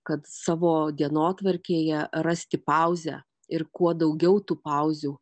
kad savo dienotvarkėje rasti pauzę ir kuo daugiau tų pauzių